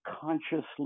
consciously